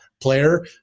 player